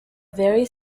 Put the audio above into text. very